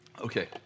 Okay